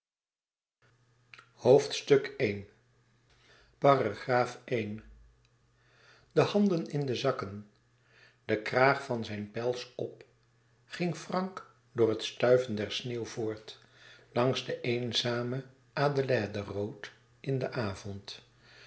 i i de handen in de zakken den kraag van zijn pels op ging frank door het stuiven der sneeuw voort langs den eenzamen adelaïde road in den avond